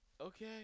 Okay